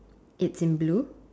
it's in blue